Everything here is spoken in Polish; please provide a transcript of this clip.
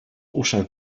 uszach